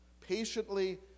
patiently